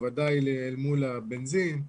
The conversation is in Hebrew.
בוודאי אל מול הבנזין,